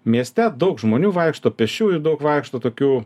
mieste daug žmonių vaikšto pėsčiųjų daug vaikšto tokių